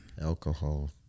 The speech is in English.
Alcohol